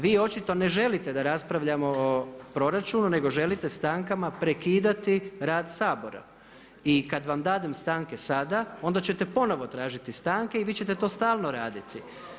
Vi očito ne želite da raspravljamo o proračunu nego želite stankama prekidati rad Sabora i kad vam dadem stanke sada, onda ćete ponovno tražiti stanke i vi ćete to stalno raditi.